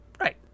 Right